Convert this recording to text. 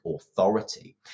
authority